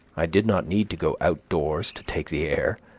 i did not need to go outdoors to take the air,